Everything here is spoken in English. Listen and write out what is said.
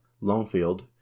Longfield